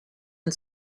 and